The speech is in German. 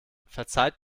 verzeiht